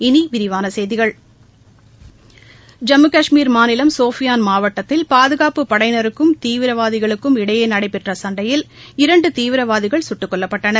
இனி விரிவான செய்திகள் ஜம்மு கஷ்மீர் மாநிலம் கோபியான் மாவட்டத்தில் பாதுகாப்புப் படையினருக்கும் தீவிரவாதிகளுக்கும் இடையே நடைபெற்ற சண்டையில் இரண்டு தீவிரவாதிகள் சுட்டுக் கொல்லப்பட்டனர்